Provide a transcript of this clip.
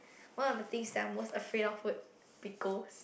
one of the things that I'm most afraid of would be ghosts